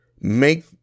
make